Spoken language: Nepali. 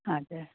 हजुर